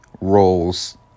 roles